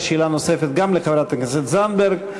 יש שאלה נוספת גם לחברת הכנסת זנדברג,